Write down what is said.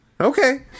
Okay